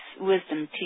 wisdom